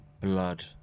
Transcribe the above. blood